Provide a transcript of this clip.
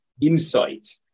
Insight